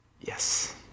Yes